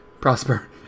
prosper